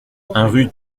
rue